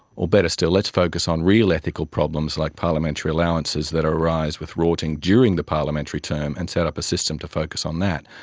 or better still, let's focus on real ethical problems like parliamentary allowances that arise with rorting during the parliamentary term and set up a system to focus on that,